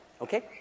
Okay